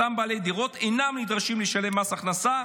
אותם בעלי דירות אינם נדרשים לשלם מס הכנסה